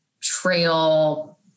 trail